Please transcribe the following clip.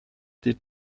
did